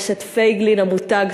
יש פייגלין המותג,